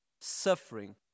suffering